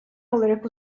olarak